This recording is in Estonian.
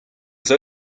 see